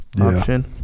option